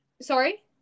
sorry